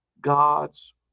God's